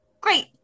great